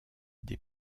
des